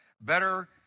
Better